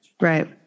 Right